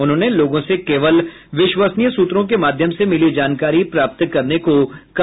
उन्होंने लोगों से केवल विश्वसनीय सूत्रों के माध्यम से मिली जानकारी प्राप्त करने को कहा